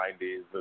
90s